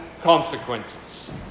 consequences